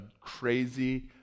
crazy